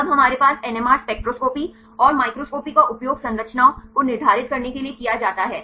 तब हमारे पास एनएमआर स्पेक्ट्रोस्कोपी और माइक्रोस्कोपी का उपयोग संरचनाओं को निर्धारित करने के लिए किया जाता है